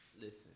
Listen